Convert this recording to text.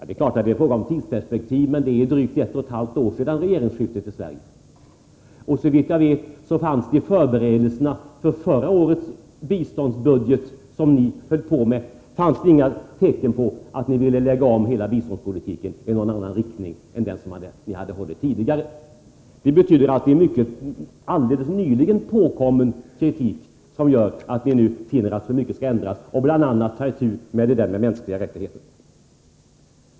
Det är klart att det är fråga om olika tidsperspektiv, men det har bara gått drygt ett och ett halvt år sedan regeringsskiftet i Sverige. Såvitt jag vet fanns det i de förberedelser för förra årets biståndsbudget som ni höll på med inga tecken på att ni ville lägga om hela biståndspolitikens inriktning. Det betyder att det är en alldeles nyligen påkommen kritik som gör att ni nu finner att så mycket skall ändras och att man bl.a. skall ta itu med frågan om mänskliga rättigheter.